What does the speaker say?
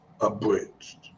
abridged